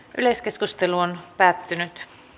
yleiskeskustelu päättyi